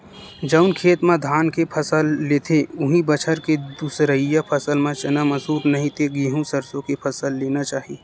जउन खेत म धान के फसल लेथे, उहीं बछर के दूसरइया फसल म चना, मसूर, नहि ते गहूँ, सरसो के फसल लेना चाही